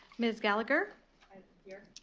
ms. gallagher. i'm here.